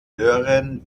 hören